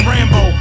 Rambo